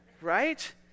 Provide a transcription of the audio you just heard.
Right